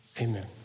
amen